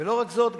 ולא רק זאת,